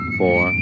four